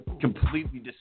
completely